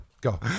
go